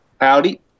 Howdy